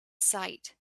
site